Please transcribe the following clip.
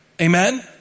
Amen